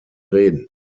reden